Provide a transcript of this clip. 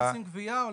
גם